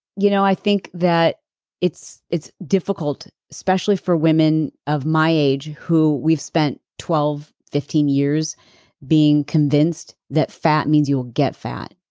you know i think that it's it's difficult, especially for women of my age who we've spent twelve, fifteen years being convinced that fat means you will get fat.